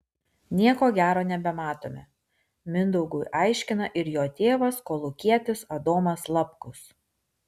nieko gero nebematome mindaugui aiškina ir jo tėvas kolūkietis adomas lapkus